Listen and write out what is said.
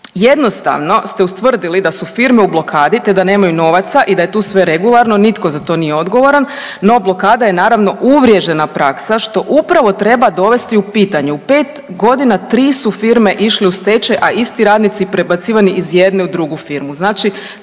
Jednostavno ste ustvrdili da su firme u blokadi te da nemaju novaca i da je tu sve regularno, nitko za to nije odgovoran, no blokada je naravno, uvriježena praksa, što upravo treba dovesti u pitanje, u 5 godina, 3 su firme iste u stečaj, a isti radnici prebacivani iz jedne u drugu firmu, znači